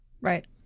Right